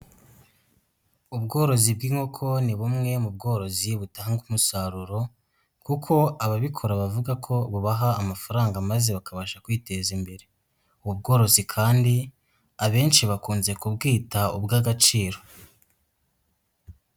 Ubworozi bw'inkoko, ni bumwe mu bworozi butanga umusaruro, kuko ababikora bavuga ko bubaha amafaranga maze bakabasha kwiteza imbere. Ubu ubworozi kandi abenshi bakunze kubwita ubw'agaciro.